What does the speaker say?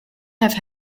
have